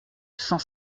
cent